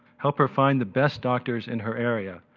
help her find the best doctors in her area,